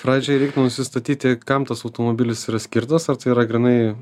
pradžiai reiktų nusistatyti kam tas automobilis yra skirtas ar tai yra grynai